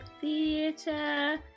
theater